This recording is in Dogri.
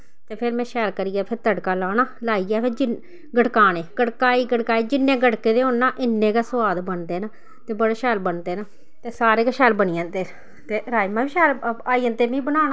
ते फिर में शैल करियै फिर तड़का लाना लाइयै फिर जिन्न गड़काने गड़काई गड़काई जिन्नै गड़के दे होन ना इन्नै गै सोआद बनदे न ते बड़े शैल बनदे न ते सारे गै शैल बनी जंदे ते राजमाह् बी शैल आई जंदे मिगी बनाना